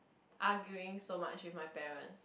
arguing so much with my parents